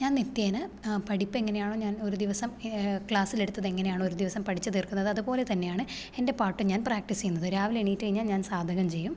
ഞാൻ നിത്യേന പഠിപ്പെങ്ങനെയാണോ ഞാൻ ഒരു ദിവസം ക്ലാസ്സിലെടുത്തതെങ്ങനെയാണോ ഒരു ദിവസം പഠിച്ചു തീർക്കുന്നത് അതുപോലെ തന്നെയാണ് എൻ്റെ പാട്ട് ഞാൻ പ്രാക്റ്റിസ് ചെയ്യുന്നത് രാവിലെ എണീറ്റ് കഴിഞ്ഞാൽ ഞാൻ സാധകം ചെയ്യും